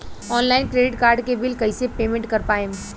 Online credit card के bill कइसे payment कर पाएम?